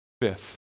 Fifth